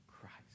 Christ